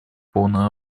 полном